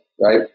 right